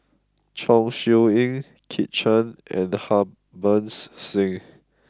Chong Siew Ying Kit Chan and Harbans Singh